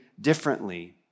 differently